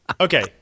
Okay